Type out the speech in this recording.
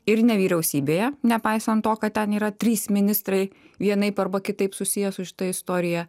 ir ne vyriausybėje nepaisant to kad ten yra trys ministrai vienaip arba kitaip susiję su šita istorija